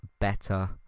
better